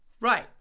Right